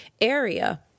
area